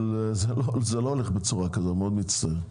אבל זה לא הולך בצורה כזאת, אני מאוד מצטער.